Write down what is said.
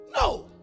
No